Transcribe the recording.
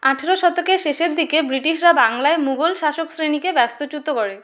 আঠেরো শতকের শেষের দিকে ব্রিটিশরা বাংলায় মুঘল শাসক শ্রেণীকে বাস্তুচ্যুত করে